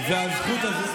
והזכות הזו,